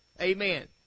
Amen